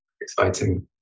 exciting